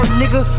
nigga